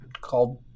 called